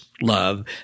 love